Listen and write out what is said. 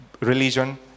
religion